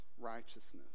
righteousness